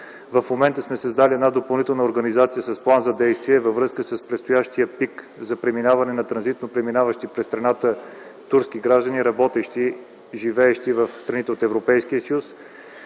В момента сме създали допълнителна организация с план за действие във връзка с предстоящия пик за транзитно преминаващи през страната турски граждани, работещи и живеещи в страните от Европейския съюз.